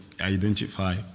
identify